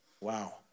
Wow